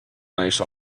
nice